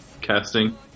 casting